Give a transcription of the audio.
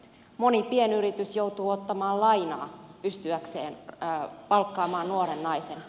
moni pienyritys joutuu ottamaan lainaa pystyäkseen palkkaamaan nuoren naisen